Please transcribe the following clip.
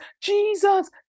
jesus